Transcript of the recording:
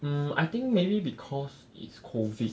um I think maybe because it's COVID